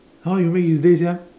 how you make his day sia